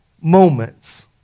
moments